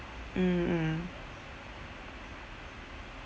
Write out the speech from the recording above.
mm mm